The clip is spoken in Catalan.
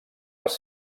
les